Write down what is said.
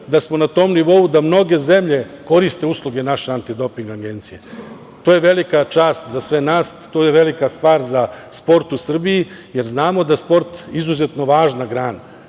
da smo na tom nivou da mnoge zemlje koriste usluge naše Antidoping agencije. To je velika čast za sve nas, to je velika stvar za sport u Srbiji, jer znamo da je sport izuzetno važna grana. Jako